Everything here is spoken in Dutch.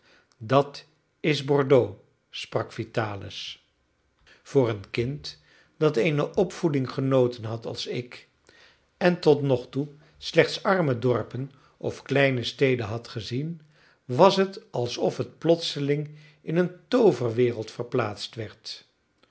dat is bordeaux sprak vitalis voor een kind dat eene opvoeding genoten had als ik en tot nogtoe slechts arme dorpen of kleine steden had gezien was het alsof het plotseling in een tooverwereld verplaatst werd